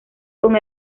con